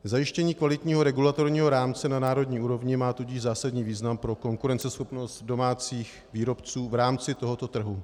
Zajištění kvalitního regulatorního rámce na národní úrovni má tudíž zásadní význam pro konkurenceschopnost domácích výrobců v rámci tohoto trhu.